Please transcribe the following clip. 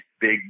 big